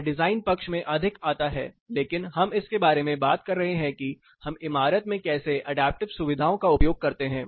यह डिज़ाइन पक्ष में अधिक आता है लेकिन हम इसके बारे में बात कर रहे हैं कि हम इमारत में कैसे अडैप्टिव सुविधाओं का उपयोग करते हैं